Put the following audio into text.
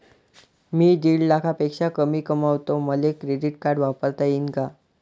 मी दीड लाखापेक्षा कमी कमवतो, मले क्रेडिट कार्ड वापरता येईन का?